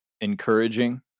encouraging